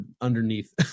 underneath